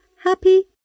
happy